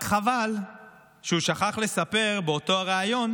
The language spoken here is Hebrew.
רק חבל שהוא שכח לספר באותו הריאיון